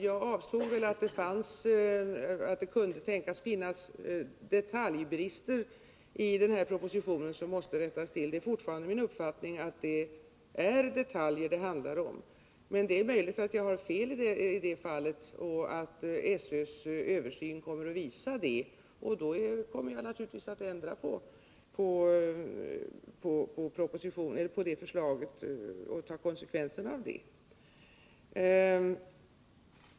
Jag avsåg att det kunde tänkas vara detaljbrister i propositionen som måste rättas till. Det är fortfarande min uppfattning att det handlar om detaljer, men det är möjligt att jag har fel och att SÖ:s översyn kommer att visa det, och då skall jag naturligtvis ändra på förslaget och ta konsekvenserna av det.